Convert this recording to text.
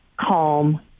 calm